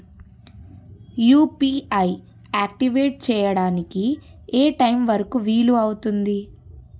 UPI activate చెయ్యడానికి ఏ time వరుకు వీలు అవుతుంది?